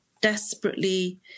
desperately